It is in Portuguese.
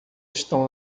estão